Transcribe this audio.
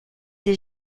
des